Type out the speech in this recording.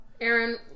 Aaron